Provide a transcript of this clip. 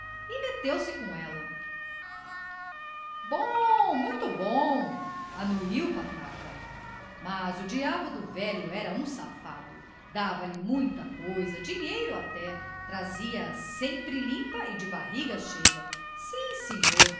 e meteu-se com ela bom muito bom anuiu pataca mas o diabo do velho era um safado dava-lhe muita coisa dinheiro até trazia a sempre limpa e de barriga cheia sim senhor